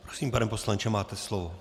Prosím, pane poslanče, máte slovo.